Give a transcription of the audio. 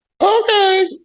Okay